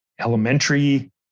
elementary